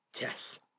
Yes